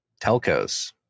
telcos